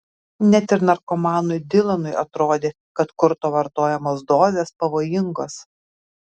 net ir narkomanui dylanui atrodė kad kurto vartojamos dozės pavojingos